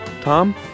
Tom